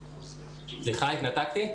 ה --- סליחה, התנתקתי.